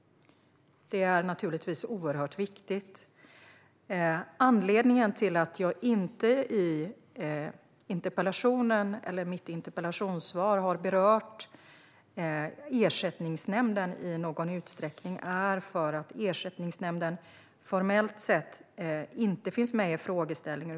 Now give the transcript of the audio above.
Detta är naturligtvis oerhört viktigt. Anledningen till att jag i interpellationssvaret inte har berört Ersättningsnämnden i någon utsträckning är att Ersättningsnämnden formellt sett inte finns med i frågeställningen.